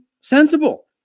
sensible